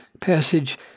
passage